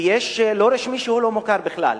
ויש לא רשמי שהוא לא מוכר בכלל.